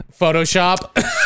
Photoshop